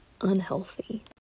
unhealthy